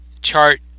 chart